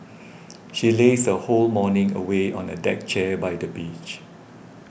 she lazed her whole morning away on a deck chair by the beach